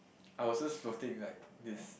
I was just floating like this